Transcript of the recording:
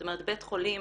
זאת אומרת, בית חולים